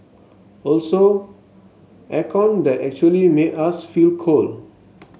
also air con that actually made us feel cold